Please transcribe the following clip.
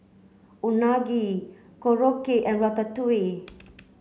Unagi Korokke and Ratatouille